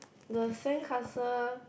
the sandcastle